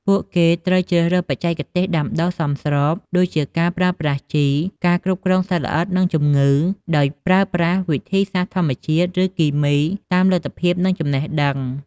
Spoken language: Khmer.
ពួកគេត្រូវជ្រើសរើសបច្ចេកទេសដាំដុះសមស្រប ដូចជាការប្រើប្រាស់ជី ការគ្រប់គ្រងសត្វល្អិត និងជំងឺ ដោយអាចប្រើប្រាស់វិធីសាស្ត្រធម្មជាតិ ឬគីមី តាមលទ្ធភាព និងចំណេះដឹង។